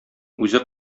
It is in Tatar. үзе